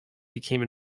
became